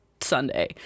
sunday